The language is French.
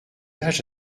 âge